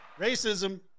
Racism